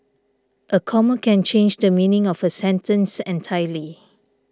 a comma can change the meaning of a sentence entirely